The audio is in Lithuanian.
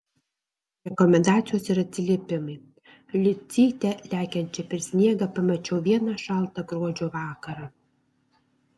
rekomendacijos ir atsiliepimai liucytę lekiančią per sniegą pamačiau vieną šaltą gruodžio vakarą